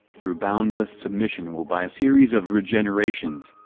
through boundless submission will by a series of regenerations,